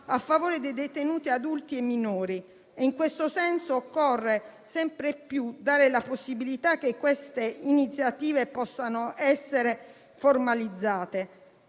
a favore dei detenuti, adulti e minori. In questo senso occorre sempre più dare la possibilità che queste iniziative possano essere formalizzate.